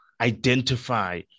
identify